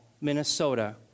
Minnesota